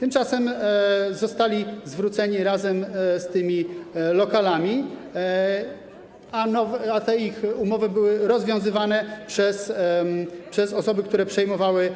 Tymczasem zostali zwróceni razem z tymi lokalami, a ich umowy były rozwiązywane przez osoby, które przejmowały